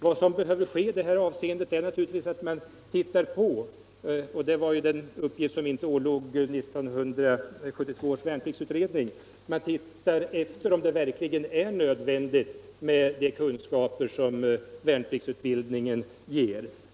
Vad som behöver ske i detta avseende är naturligtvis att man ser efter — och det var en uppgift som inte ålåg 1972 års värnpliktsutredning - om det verkligen i alla sammanhang är nödvändigt med de kunskaper som värnpliktsutbildningen ger.